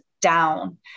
down